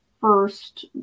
first